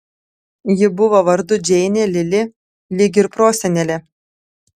ji buvo vardu džeinė lili lyg ir prosenelė